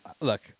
look